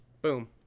boom